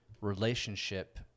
relationship